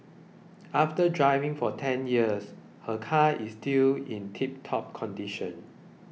after driving for ten years her car is still in tiptop condition